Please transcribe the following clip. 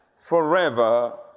forever